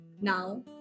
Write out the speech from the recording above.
now